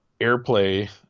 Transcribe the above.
airplay